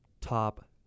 Top